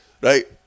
Right